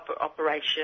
operation